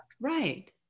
Right